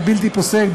הבלתי-פוסק,